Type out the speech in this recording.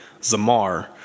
zamar